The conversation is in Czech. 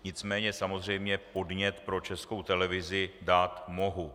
Nicméně samozřejmě podnět pro Českou televizi dát mohu.